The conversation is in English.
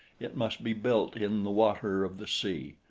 it must be built in the water of the sea,